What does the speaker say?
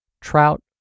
trout